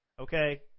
okay